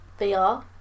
VR